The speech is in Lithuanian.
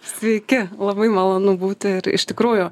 sveiki labai malonu būti ir iš tikrųjų